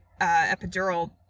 epidural